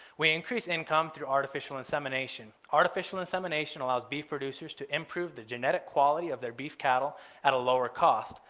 we increase income through artificial insemination. artificial insemination allows beef producers to improve the genetic quality of their beef cattle at a lower cost,